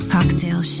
Cocktail